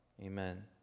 Amen